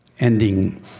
Ending